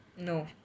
No